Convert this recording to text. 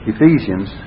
Ephesians